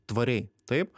tvariai taip